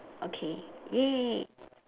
okay !yay!